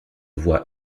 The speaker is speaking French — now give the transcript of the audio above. voix